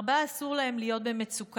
ארבעה אסור להם להיות במצוקה: